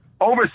over